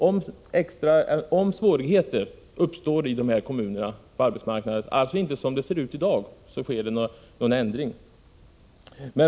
Om svårigheter uppstår på arbetsmarknaden i dessa kommuner sker det en ändring.